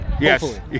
Yes